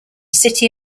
city